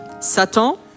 Satan